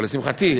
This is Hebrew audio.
או לשמחתי,